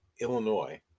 Illinois